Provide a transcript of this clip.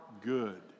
good